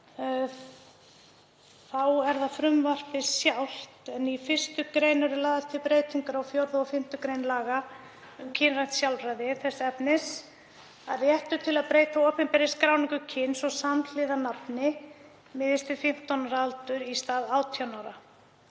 Þá er það frumvarpið sjálft en í 1. gr. eru lagðar til breytingar á 4. og 5. gr. laga um kynrænt sjálfræði þess efnis að réttur til að breyta opinberri skráningu kyns og samhliða nafni miðist við 15 ára aldur í stað 18 ára.